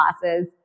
classes